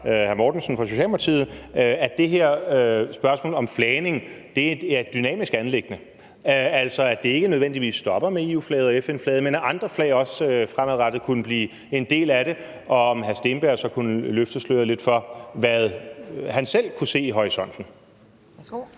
at det her spørgsmål om flagning er et dynamisk anliggende, altså at det ikke nødvendigvis stopper med EU-flaget og FN-flaget, men at andre flag også fremadrettet kunne blive en del af det, og om hr. Seeberg så kunne løfte sløret for, hvad han selv kan se i horisonten.